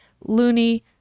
loony